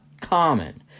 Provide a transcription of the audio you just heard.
common